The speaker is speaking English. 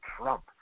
Trump